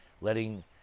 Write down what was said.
letting